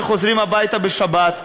שחוזרים הביתה בשבת,